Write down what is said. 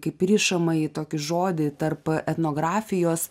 kaip rišamąjį tokį žodį tarp etnografijos